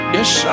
Yes